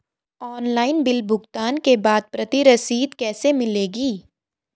Online bill भुगतान के बाद प्रति रसीद कैसे मिलेगी?